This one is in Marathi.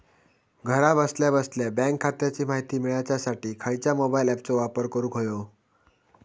घरा बसल्या बसल्या बँक खात्याची माहिती मिळाच्यासाठी खायच्या मोबाईल ॲपाचो वापर करूक होयो?